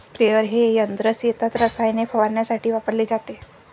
sprayer हे यंत्र शेतात रसायने फवारण्यासाठी वापरले जाते